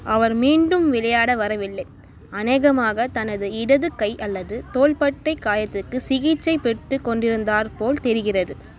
அவர் மீண்டும் விளையாட வரவில்லை அநேகமாக தனது இடது கை அல்லது தோள்பட்டை காயத்துக்கு சிகிச்சை பெற்றுக் கொண்டிருந்தார் போல் தெரிகிறது